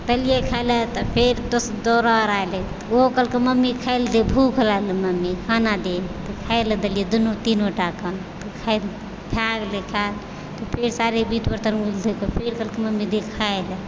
देलियै खाइ लेल तऽ फेर दोहरा एलै ओहो कहलकै मम्मी भूख लागल खाना दे तऽ खाइ लए देलियै दुनू तीनू टाके तऽ खाइ गेलै फेर सारा बेरमे उठलै तऽ फेर कहलकै मम्मी दे खाइ लए